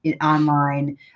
online